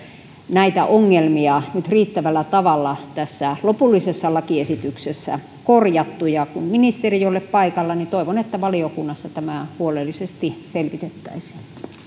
näitä ongelmia nyt riittävällä tavalla lopullisessa lakiesityksessä korjattu ja kun ministeri ei ole paikalla niin toivon että valiokunnassa tämä huolellisesti selvitettäisiin